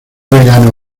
vegano